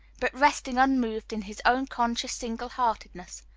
but resting unmoved in his own conscious single-heartedness.